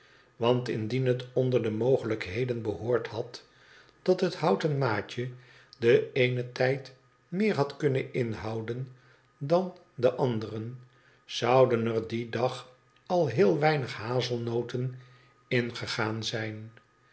want indien het onder de mogelijkheden behoord had dat het houten maatje den eenen tijd meer had kunnen inhouden dan den anderen zouden er dien dag al heel weinig hazelnoten in gegaan zijn